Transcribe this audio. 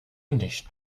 nicht